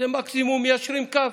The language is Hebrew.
מקסימום מיישרים קו.